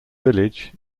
village